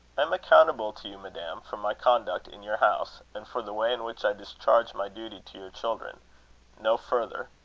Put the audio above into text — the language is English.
am accountable to you, madam, for my conduct in your house, and for the way in which i discharge my duty to your children no further.